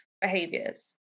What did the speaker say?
behaviors